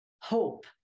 hope